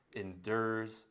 endures